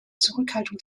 zurückhaltung